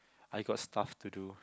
I got stuff to do